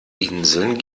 inseln